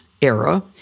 era—